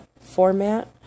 format